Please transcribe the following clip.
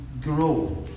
grow